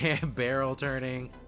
barrel-turning